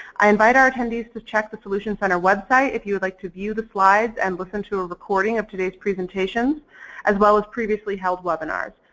i invite our attendees to check the solution center website if you would like to view the slides and listen to a recording of today's presentation as well as previously held webinars.